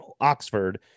Oxford